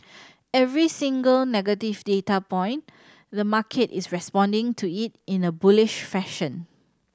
every single negative data point the market is responding to it in a bullish fashion